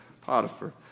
Potiphar